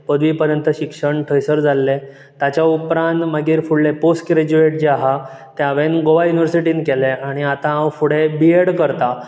पदवी परत शिक्षण थंयसर जाल्लें ताच्या उपरांत मागीर फुडलें पोस्ट ग्रेजुएट जें आसा हांवें गोवा युनिवरसिटीन केलें आनी आतां हांव फुडें बी एड करतां